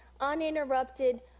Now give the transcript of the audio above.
uninterrupted